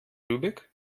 lübeck